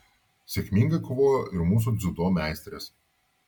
sėkmingai kovojo ir mūsų dziudo meistrės